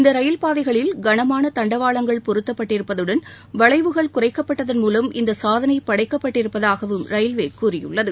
இந்த ரயில் பாதைகளில் கனமான தண்டவாளங்கள் பொருத்தப்பட்டிருப்பதுடன் வளைவுகள் குறைக்கப்பட்டதன் மூலம் இந்த சாதனை படைக்கப்பட்டிருப்பதாகவும் ரயில்வே கூறியுள்ளது